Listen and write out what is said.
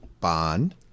Bond